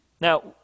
Now